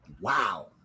Wow